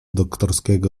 doktorskiego